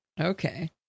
Okay